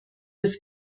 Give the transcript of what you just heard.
das